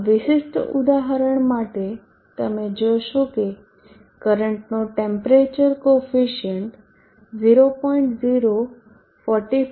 આ વિશિષ્ટ ઉદાહરણ માટે તમે જોશો કે કરંટનો ટેમ્પરેચર કોફિસીયન્ટ 0